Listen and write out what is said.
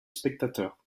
spectateurs